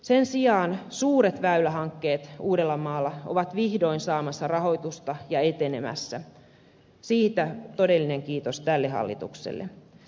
sen sijaan suuret väylähankkeet uudellamaalla ovat vihdoin saamassa rahoitusta ja etenemässä siitä todellinen kiitos tälle hallitukselle